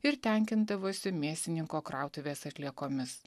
ir tenkindavosi mėsininko krautuvės atliekomis